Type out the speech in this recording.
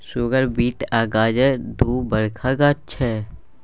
सुगर beet आ गाजर दु बरखा गाछ छै